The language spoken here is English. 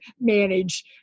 manage